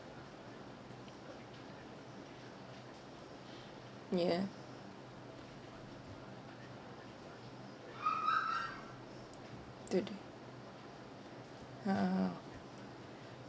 yeah today how